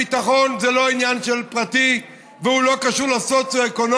הביטחון זה לא עניין פרטי והוא לא קשור לסוציו-אקונומי,